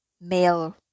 male